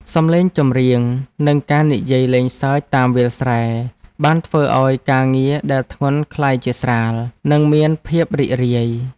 សំឡេងចម្រៀង និងការនិយាយលេងសើចតាមវាលស្រែ បានធ្វើឱ្យការងារដែលធ្ងន់ក្លាយជាស្រាល និងមានភាពរីករាយ។